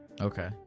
Okay